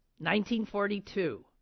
1942